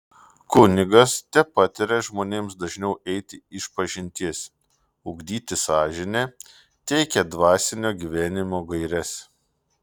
kunigas tepataria žmonėms dažniau eiti išpažinties ugdyti sąžinę teikia dvasinio gyvenimo gaires